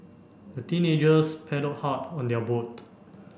the teenagers paddle hard on their boat